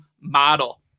model